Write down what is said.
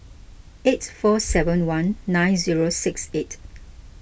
eight four seven one nine zero six eight